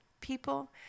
people